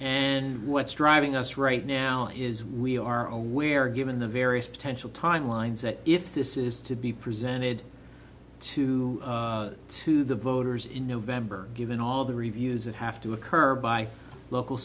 and what's driving us right now is we are aware given the various potential timelines that if this is to be presented to to the voters in november given all the reviews that have to occur by local